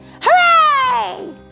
hooray